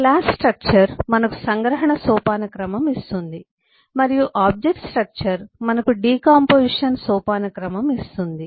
class structure మనకు సంగ్రహణ సోపానక్రమం ఇస్తుంది మరియు ఆబ్జెక్ట్ స్ట్రక్చర్ మనకు డికాంపొజిషన్ సోపానక్రమం ఇస్తుంది